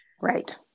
Right